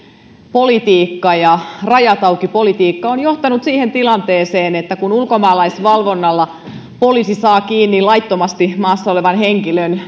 politiikka ja rajat auki politiikka on johtanut siihen tilanteeseen että kun ulkomaalaisvalvonnalla poliisi saa kiinni laittomasti maassa olevan henkilön